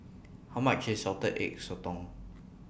How much IS Salted Egg Sotong